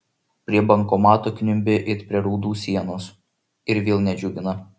prie bankomato kniumbi it prie raudų sienos ir vėl nedžiugina